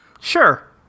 Sure